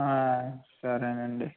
సరేనండి